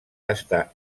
està